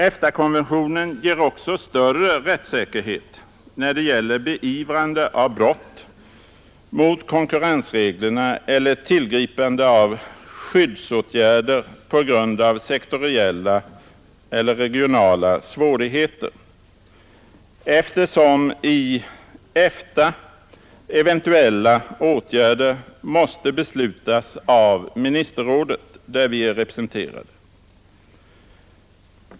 EFTA-konventionen ger också större rättssäkerhet när det gäller beivrande av brott mot konkurrensreglerna eller tillgripande av skyddsåtgärder på grund av sektoriella eller regionala svårigheter, eftersom i EFTA eventuella åtgärder måste beslutas av ministerrådet, där vi är representerade.